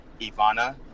Ivana